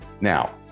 Now